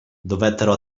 dovettero